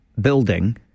building